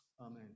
Amen